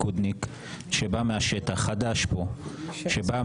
הכנסת ותקבע את סדרי הדיון בבחירת יושב-ראש כנסת חדש כפי שצריך